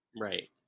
right